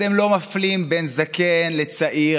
אתם לא מפלים בין זקן לצעיר,